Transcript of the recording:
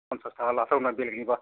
पन्सास थाखा लाथारगौमोन आं बेलेगनिबा